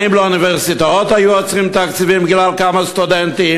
האם לאוניברסיטאות היו עוצרים תקציבים בגלל כמה סטודנטים?